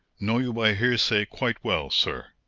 know you by hearsay quite well, sir,